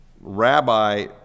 rabbi